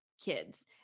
kids